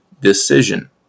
decision